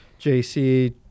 JC